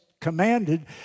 commanded